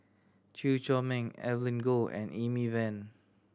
Chew Chor Meng Evelyn Goh and Amy Van